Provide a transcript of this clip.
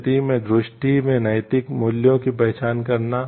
स्थिति में दृष्टि में नैतिक मूल्यों की पहचान करना